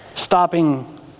Stopping